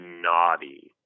naughty